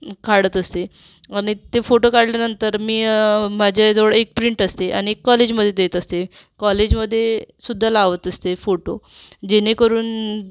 काढत असते आणि ते फोटो काढल्यानंतर मी माझ्याजवळ एक प्रिंट असते आणि एक कॉलेजमध्ये देत असते कॉलेजमध्ये सुद्धा लावत असते फोटो जेणेकरून